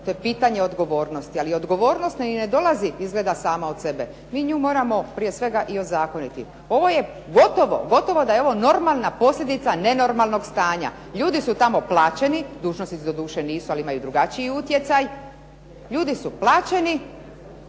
to je pitanje odgovornosti. Ali odgovornost ne dolazi izgleda sama od sebe, mi nju moramo prije svega ozakoniti. Gotovo da je ovo normalna posljedica nenormalnog stanja. Ljudi su tamo plaćeni, dužnosnici doduše nisu ali imaju drugačiji utjecaj, ljudi su plaćeni